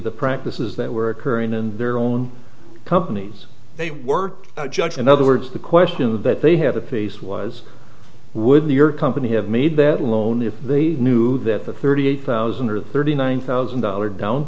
the practices that were occurring in their own companies they were judge in other words the question that they have a piece was would your company have made their loan if the knew that the thirty eight thousand or thirty nine thousand dollar down